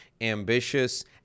ambitious